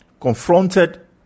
Confronted